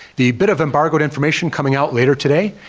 the bit of embargoed information coming out later today,